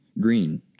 Green